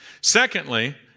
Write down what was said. Secondly